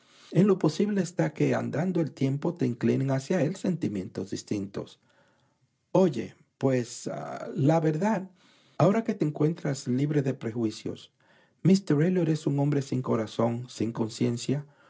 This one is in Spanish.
en lo posible está que andando el tiempo te inclinen hacia él sentimientos distintos oye pues la verdad ahora que te encuentras libre de prejuicios míster elliot es un hombre sin corazón sin conciencia